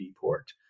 port